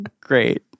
Great